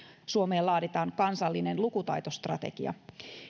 suomeen laaditaan kansallinen lukutaitostrategia